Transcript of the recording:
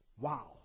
Wow